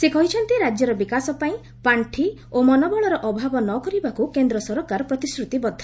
ସେ କହିଛନ୍ତି ରାଜ୍ୟର ବିକାଶ ପାଇଁ ପାଣ୍ଡି ଓ ମନୋବଳର ଅଭାବ ନକରିବାକୁ କେନ୍ଦ୍ର ସରକାର ପ୍ରତିଶ୍ରତିବଦ୍ଧ